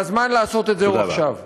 והזמן לעשות את זה הוא עכשיו.